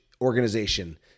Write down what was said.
organization